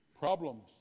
Problems